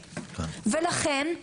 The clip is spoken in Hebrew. ולכן,